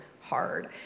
hard